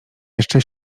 jeszcze